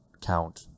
count